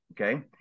okay